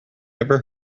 ever